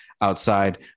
outside